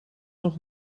nog